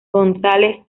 gonzález